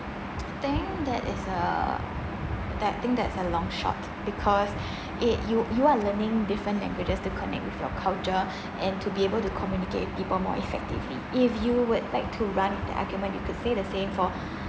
I think that is a that think that's a long shot because it you you are learning different languages to connect with your culture and to be able to communicate with people more effectively if you would like to run with the argument you could say for